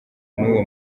n’uwo